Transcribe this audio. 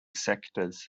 sectors